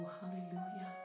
hallelujah